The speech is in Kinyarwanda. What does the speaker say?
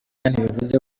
ntibivuze